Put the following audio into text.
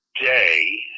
day